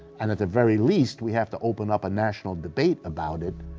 and at the very least, we have to open up a national debate about it,